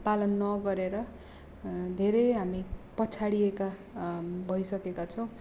पालन नगरेर धेरै हामी पछाडिएका भइसकेका छौँ